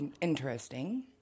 interesting